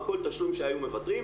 על כל תשלום שהיו מוותרים,